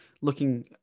looking